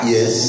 Yes